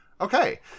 okay